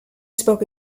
spoke